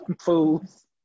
fools